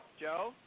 Joe